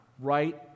Right